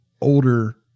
older